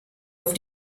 auf